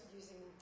using